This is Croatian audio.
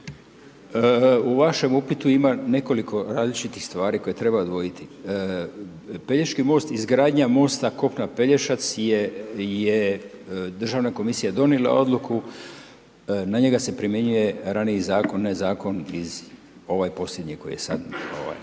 U vašem upitu ima nekoliko različitih stvari koje treba odvojiti. Pelješki most, izgradnja mosta kopno - Peljašac je državna komisija donijela odluku, na njega se primjenjuje raniji zakon, onaj zakon iz, ovaj posljednji koji je sad.